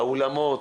האולמות,